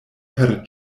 per